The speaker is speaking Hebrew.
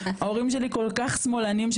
ההורים שלי כל כך שמאלנים,